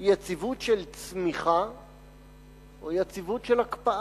היא יציבות של צמיחה או יציבות של הקפאה?